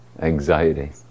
anxiety